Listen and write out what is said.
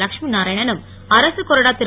லட்சுமி நாராயணனும் அரசு கொறடா திரு